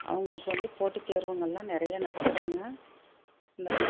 அவங்களுக்கு வந்து போட்டித்தேர்வுகள்லாம் நிறைய நடத்துகிறாங்க இந்த